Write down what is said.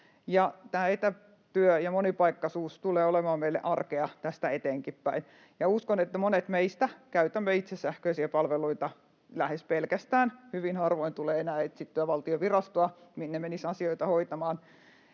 tämä etätyö ja monipaikkaisuus tulevat olemaan meille arkea tästä eteenkinpäin. Uskon, että monet meistä käyttävät itse sähköisiä palveluita lähes pelkästään. Hyvin harvoin tulee enää etsittyä valtion virastoa, minne menisi asioita hoitamaan,